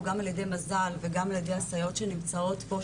גם על ידי מזל וגם על ידי הסייעות שנמצאות פה,